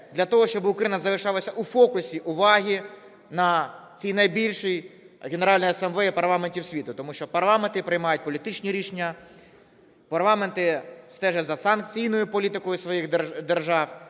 для того, щоб Україна залишалася у фокусі уваги на цій найбільшій Генеральній асамблеї парламентів світу, тому що парламенти приймають політичні рішення, парламенти стежать за санкційною політикою своїх держав,